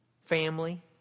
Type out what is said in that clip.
family